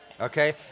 Okay